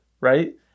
right